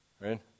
right